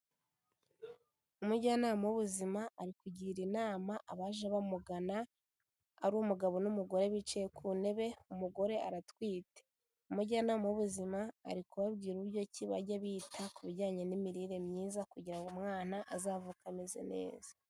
Umujyanama w'ubuzima ari kugira inama abaje bamugana, ari umugabo n'umugore bicaye ku ntebe umugore aratwite, umujyanama w'ubuzima ari kubabwira uburyo ki bajya bita ku bijyanye n'imirire myiza kugira ngo umwana azavuke ameze neza.